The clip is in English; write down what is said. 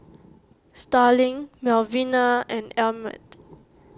Starling Melvina and Emmett